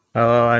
Hello